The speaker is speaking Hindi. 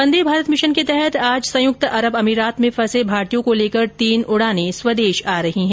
वंदे भारत मिशन के तहत आज संयुक्त अरब अमीरात में फंसे भारतीयों को लेकर तीन उडान स्वदेश आ रही हैं